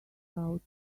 out